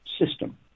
system